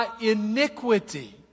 iniquity